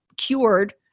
cured